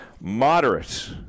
Moderate